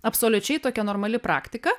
absoliučiai tokia normali praktika